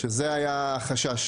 שזה היה החשש,